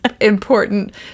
important